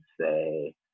say